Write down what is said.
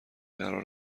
قرار